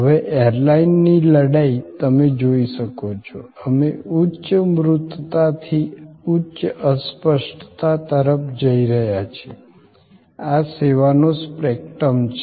હવે એરલાઇનની લડાઈ તમે જોઈ શકો છો અમે ઉચ્ચ મૂર્તતાથી ઉચ્ચ અસ્પષ્ટતા તરફ જઈ રહ્યા છીએ આ સેવાઓનો સ્પેક્ટ્રમ છે